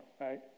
Right